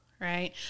Right